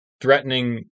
threatening